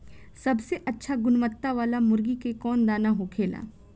सबसे अच्छा गुणवत्ता वाला मुर्गी के कौन दाना होखेला?